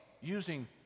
using